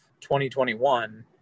2021